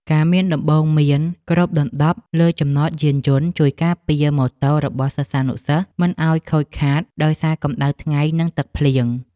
ការមានដំបូលគ្របដណ្តប់លើចំណតយានយន្តជួយការពារម៉ូតូរបស់សិស្សានុសិស្សមិនឱ្យខូចខាតដោយសារកម្តៅថ្ងៃនិងទឹកភ្លៀង។